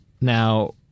Now